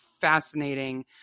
fascinating